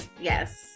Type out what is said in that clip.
Yes